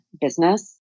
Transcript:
business